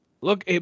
Look